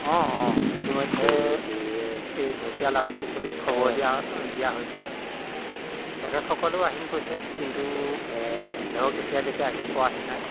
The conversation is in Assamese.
অঁ অঁ ইতিমধ্যে এই ঢেকিয়াল আৰক্ষী চকীত খবৰ দিয়া খবৰ দিয়া হৈছে তেখেতসকলো আহিম কৈছে কিন্তু ধৰক এতিয়ালৈকে আহি পোৱাহি নাই